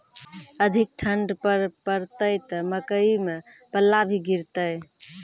अधिक ठंड पर पड़तैत मकई मां पल्ला भी गिरते?